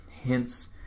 hints